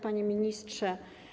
Panie Ministrze!